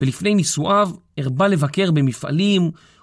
ולפני נישואיו הרבה לבקר במפעלים